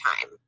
time